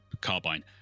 carbine